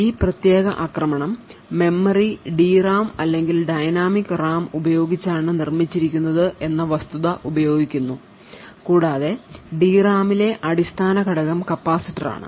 ഈ പ്രത്യേക ആക്രമണം മെമ്മറി ഡി റാം അല്ലെങ്കിൽ ഡൈനാമിക് റാം ഉപയോഗിച്ചാണ് നിർമ്മിച്ചിരിക്കുന്നത് എന്ന വസ്തുത ഉപയോഗിക്കുന്നു കൂടാതെ ഡി റാമിലെ അടിസ്ഥാന ഘടകം കപ്പാസിറ്ററാണ്